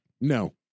No